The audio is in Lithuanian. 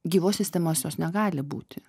gyvos sistemos jos negali būti